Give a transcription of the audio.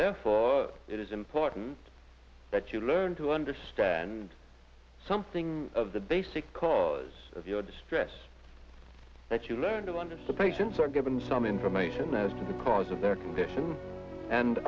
therefore it is important that you learn to understand something of the basic cause of your distress that you learn to understood patients are given some information as to the cause of their condition and